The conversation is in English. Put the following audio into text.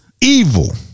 evil